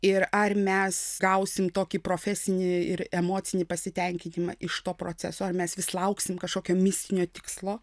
ir ar mes gausim tokį profesinį ir emocinį pasitenkinimą iš to proceso ar mes vis lauksim kažkokio mistinio tikslo